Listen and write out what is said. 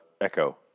Echo